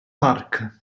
park